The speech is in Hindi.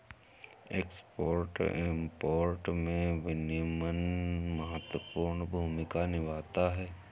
एक्सपोर्ट इंपोर्ट में विनियमन महत्वपूर्ण भूमिका निभाता है